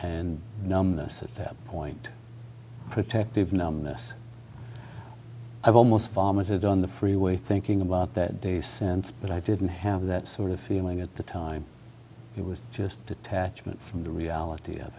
and numbness at that point protective numbness i've almost vomited on the freeway thinking about that do you sense but i didn't have that sort of feeling at the time it was just detachment from the reality of